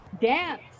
dance